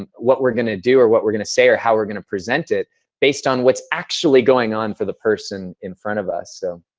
and what we're going to do or what we're going to say or how we're going to present it based on what's actually going on for the person in front of us.